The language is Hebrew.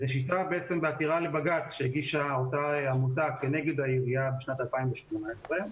ראשיתה בעצם בעתירה לבג"ץ שהגישה אותה עמותה כנגד העירייה בשנת 2018,